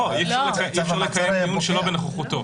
לא, כי אי אפשר לקיים דיון שלא בנוכחותו.